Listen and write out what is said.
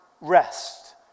rest